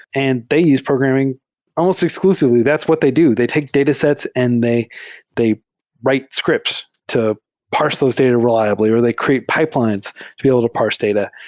and they use programming almost exclusively. that's what they do. they take the datasets and they they write scripts to parse those data re liab ly where they create pipelines to be able to parse data.